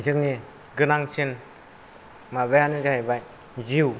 जोंनि गोनांसिन माबायानो जाहैबाय जिउ